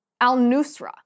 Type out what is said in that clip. al-Nusra